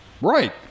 right